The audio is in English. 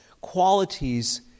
qualities